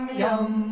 yum